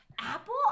Apple